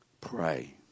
Pray